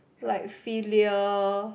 like filial